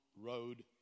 road